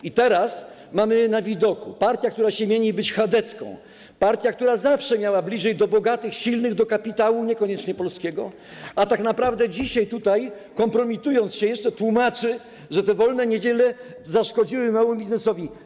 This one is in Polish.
I teraz widzimy: partia, która mieni się chadecką, partia, która zawsze miała bliżej do bogatych, silnych, do kapitału niekoniecznie polskiego, tak naprawdę dzisiaj tutaj kompromitując się jeszcze tłumaczy, że te wolne niedziele zaszkodziły małemu biznesowi.